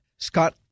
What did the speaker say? Scott